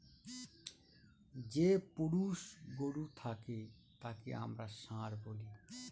যে পুরুষ গরু থাকে তাকে আমরা ষাঁড় বলি